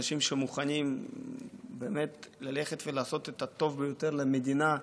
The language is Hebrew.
אנשים שמוכנים באמת ללכת ולעשות את הטוב ביותר למדינה.